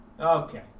Okay